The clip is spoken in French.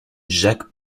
jacques